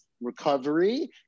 recovery